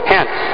Hence